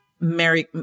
Mary